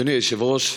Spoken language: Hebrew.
אדוני היושב-ראש,